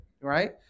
right